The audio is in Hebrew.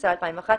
התשס"א 2001,